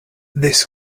this